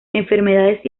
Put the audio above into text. enfermedades